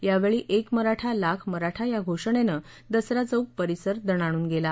यावेळी एक मराठा लाख मराठा या घोषणेनं दसरा चौक परिसर दणाणून गेला